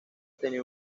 tenía